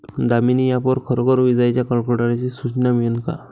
Damini app वर खरोखर विजाइच्या कडकडाटाची सूचना मिळन का?